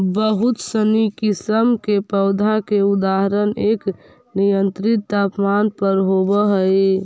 बहुत सनी किस्म के पौधा के उत्पादन एक नियंत्रित तापमान पर होवऽ हइ